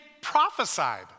prophesied